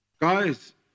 Guys